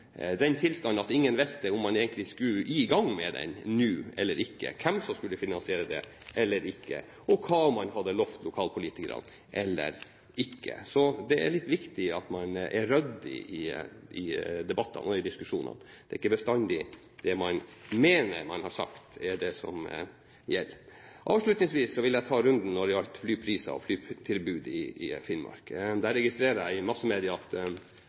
at ingen visste om man egentlig skulle i gang med den nå eller ikke, eller hvem som eventuelt skulle finansiere den, eller hva man hadde lovt lokalpolitikerne. Det er viktig at man er ryddig i debattene og diskusjonene. Det er ikke bestandig det man mener man har sagt, er det som gjelder. Avslutningsvis vil jeg ta runden om flypriser og flytilbud i Finnmark. Der registrerer jeg i massemedia at